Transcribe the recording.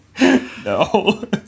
No